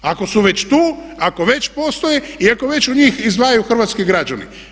Ako su već tu, ako već postoje i ako već u njih izdvajaju hrvatski građani.